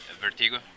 Vertigo